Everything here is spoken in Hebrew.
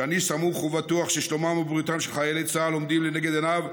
שאני סמוך ובטוח ששלומם ובריאותם של חיילי צה"ל עומדים לנגד עיניו,